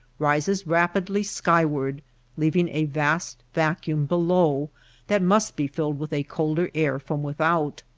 rises rapidly sky ward leaving a vast vacuum below that must be filled with a colder air from without.